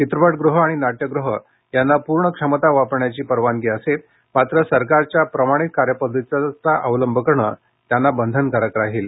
चित्रपट ग्रहं आणि नाट्यगृहं यांना पूर्ण क्षमता वापरण्याची परवानगी असेल मात्र सरकारच्या प्रमाणित कार्यपद्धतीचा अवलंब करणं त्यांना बंधनकारक राहील